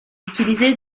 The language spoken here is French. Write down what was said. utilisées